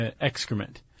excrement